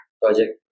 project